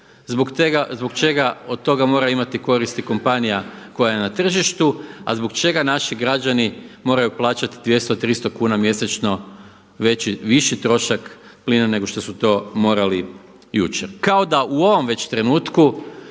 zbog čega od toga mora imati koristi kompanija koja je na tržištu, a zbog čega naši građani moraju plaćati 200, 300 kuna mjesečno viši trošak plina nego što su to morali jučer? Kao da u ovom već trenutku